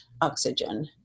oxygen